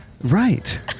Right